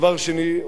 אדוני היושב-ראש,